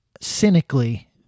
cynically